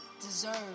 deserve